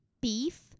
beef